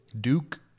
Duke